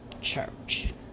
church